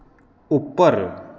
उप्पर